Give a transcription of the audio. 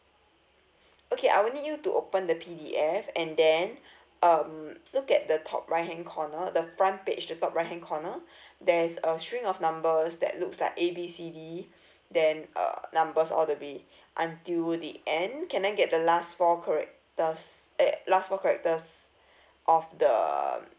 okay I will need you to open the P_D_F and then um look at the top right hand corner the front page the top right hand corner there's a string of numbers that looks like A B C D then uh numbers all the way until the end can I get the last four characters err last four characters of the